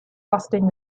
bursting